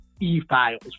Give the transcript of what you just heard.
e-files